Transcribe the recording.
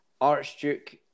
Archduke